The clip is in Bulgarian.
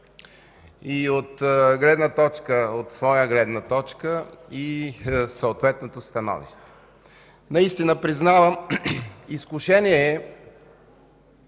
и от своя гледна точка съответното становище. Наистина, признавам, изкушение е